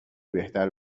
بهتر